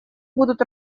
будут